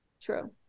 True